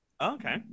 Okay